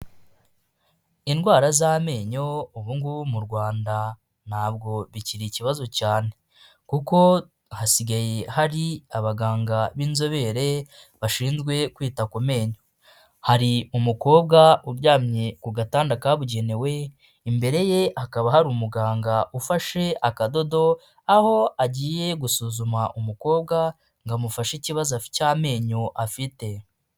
Indwara z'amenyo ubugubu mu rwanda ntabwo bikiri ikibazo cyane kuko hasigaye hari abaganga b'inzobere bashinzwe kwita ku menyo hari umukobwa uryamye ku gatanda cyabugenewe imbere ye hakaba hari umuganga ufashe akadodo aho agiye gusuzuma umukobwa ngo amufashe ikibazo cy'amenyo afite .